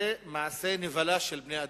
זה מעשה נבלה של בני-אדם.